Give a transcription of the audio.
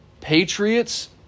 Patriots